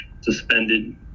suspended